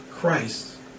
Christ